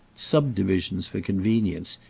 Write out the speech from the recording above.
subdivisions for convenience,